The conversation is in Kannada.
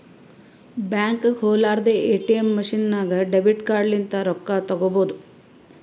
ಬ್ಯಾಂಕ್ಗ ಹೊಲಾರ್ದೆ ಎ.ಟಿ.ಎಮ್ ಮಷಿನ್ ನಾಗ್ ಡೆಬಿಟ್ ಕಾರ್ಡ್ ಲಿಂತ್ ರೊಕ್ಕಾ ತೇಕೊಬೋದ್